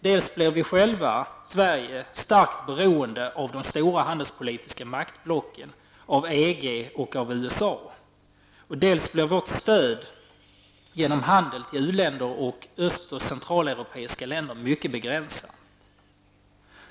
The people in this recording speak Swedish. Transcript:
Dels blir Sverige starkt beroende av de stora handelspolitiska maktblocken EG och USA, dels blir vårt stöd genom handel till u-länder samt östoch centraleuropeiska länder mycket begränsad.